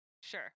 Sure